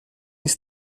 nic